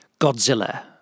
Godzilla